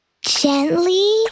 gently